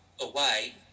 away